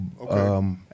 Okay